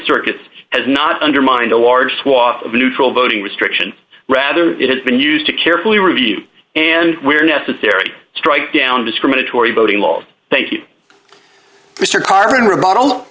circuits has not undermined a large swath of neutral voting restriction rather it has been used to carefully review and where necessary strike down discriminatory voting law thank you mr chairman remodel